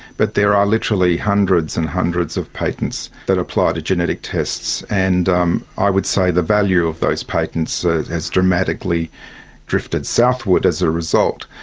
but there are literally hundreds and hundreds of patents that apply to genetic tests, and um i would say the value of those patents has dramatically drifted southward as a result.